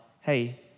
hey